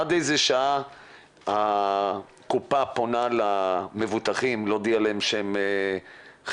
עד איזו שעה הקופה פונה למבוטחים להודיע להם שהם חיוביים?